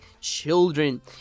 children